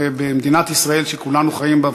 ובמדינת ישראל שכולנו חיים בה,